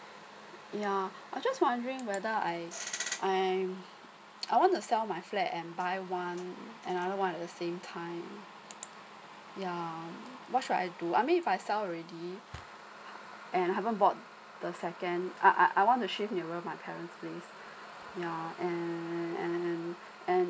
yeah I just wondering whether I I'm I want to sell my flat and buy one and another one at the same time yeah what should I do I mean if I sell already and haven't bought the second uh I want to shift nearer my parent please yeah and and and